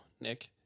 Nick